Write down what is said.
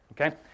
Okay